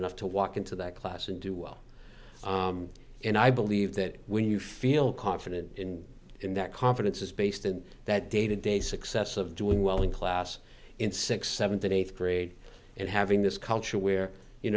enough to walk into that class and do well and i believe that when you feel confident in and that confidence is based in that day to day success of doing well in class in six seventh and eighth grade and having this culture where you